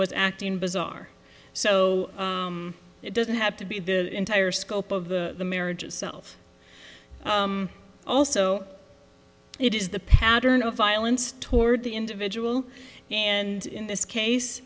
was acting bizarre so it doesn't have to be the entire scope of the marriage itself also it is the pattern of violence toward the individual and in this case